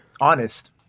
Honest